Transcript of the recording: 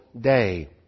day